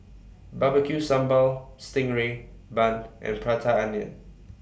Barbecue Sambal Sting Ray Bun and Prata Onion